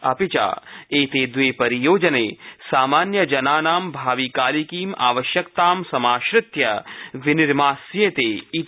अपि च एते द्वे परियोजने सामान्यजनानां भाविकालिकीम् आवश्यकतां समाश्रित्य विनिर्मास्येते इति